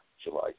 July